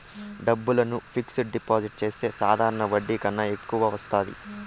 డబ్బులను fixed deposit చేస్తే సాధారణ వడ్డీ కన్నా ఎక్కువ వత్తాది